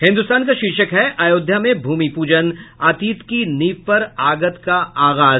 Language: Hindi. हिन्दुस्तान का शीर्षक है अयोध्या में भूमि पूजन अतीत की नींव पर आगत का आगाज